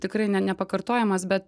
tikrai ne nepakartojamas bet